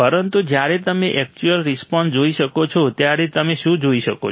પરંતુ જ્યારે તમે એક્ચ્યુઅલ રિસ્પોન્સ જોઈ શકો છો ત્યારે તમે શું જોઈ શકો છો